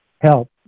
help